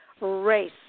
race